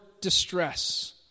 distress